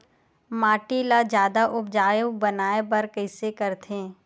माटी ला जादा उपजाऊ बनाय बर कइसे करथे?